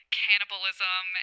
cannibalism